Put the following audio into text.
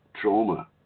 trauma